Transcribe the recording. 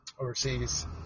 overseas